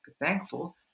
thankful